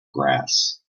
grass